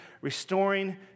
restoring